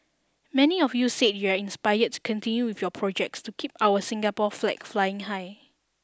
many of you said you are inspired to continue with your projects to keep our Singapore flag flying high